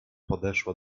podeszła